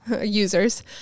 Users